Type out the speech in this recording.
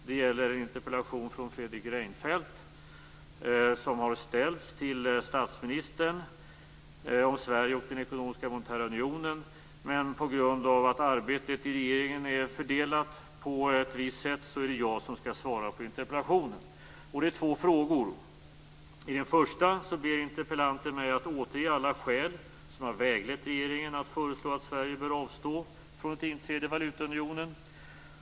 Det gäller en interpellation från Fredrik Reinfeldt, som har ställts till statsministern, om Sverige och den ekonomiska och monetära unionen. På grund av att arbetet i regeringen är fördelat på ett visst sätt är det dock jag som skall svara på interpellationen. Den innehåller två frågor. I den första ber interpellanten mig att återge alla skäl som har väglett regeringen till att föreslå att Sverige bör avstå från ett inträde i valutaunionen.